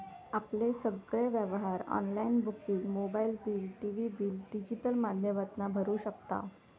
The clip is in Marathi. आपले सगळे व्यवहार online booking mobile bill, TV bill digital माध्यमातना भरू शकताव